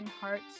hearts